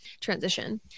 transition